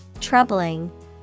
Troubling